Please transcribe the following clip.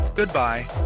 Goodbye